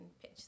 pitch